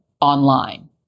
online